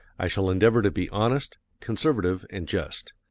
i shall endeavor to be honest, conservative, and just.